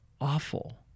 awful